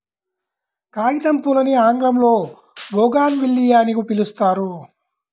కాగితంపూలని ఆంగ్లంలో బోగాన్విల్లియ అని పిలుస్తారు